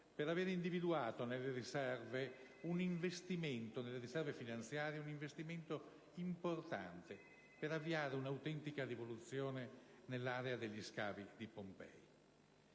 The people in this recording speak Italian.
per aver individuato nelle riserve finanziarie un investimento importante per avviare un'autentica rivoluzione nell'area degli scavi di Pompei.